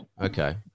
okay